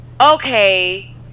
Okay